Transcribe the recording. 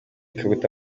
kaguta